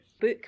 book